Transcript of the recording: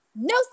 No